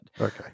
Okay